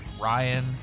Ryan